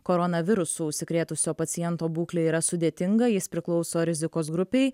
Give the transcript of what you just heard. koronavirusu užsikrėtusio paciento būklė yra sudėtinga jis priklauso rizikos grupei